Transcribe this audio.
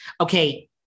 Okay